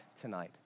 tonight